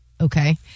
Okay